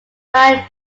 mind